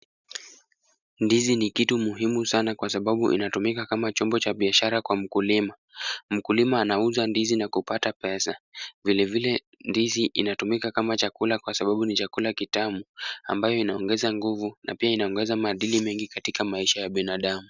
Ndizi ni kitu muhimu sana kwa sababu inatumika kama chombo cha biashara kwa mkulima. Mkulima anauza ndizi na kupata pesa, vilevile ndizi hutumika kama chakula kwa sababu ni chakula kitamu ambayo unaongeza nguvu na pia inaongeza maadili mengi katika maisha ya binadamu.